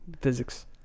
Physics